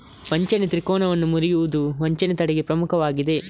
ವಂಚನೆ ತ್ರಿಕೋನವನ್ನು ಮುರಿಯುವುದು ವಂಚನೆ ತಡೆಗೆ ಪ್ರಮುಖವಾಗಿದೆ